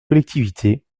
collectivités